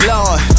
Lord